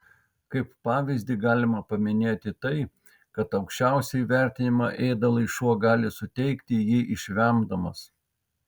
kaip pavyzdį galima paminėti tai kad aukščiausią įvertinimą ėdalui šuo gali suteikti jį išvemdamas